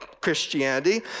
Christianity